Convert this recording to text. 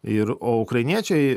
ir o ukrainiečiai